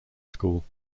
school